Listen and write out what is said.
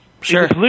Sure